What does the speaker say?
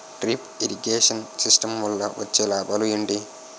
Drip irrigation system వల్ల వచ్చే లాభాలు ఏంటి?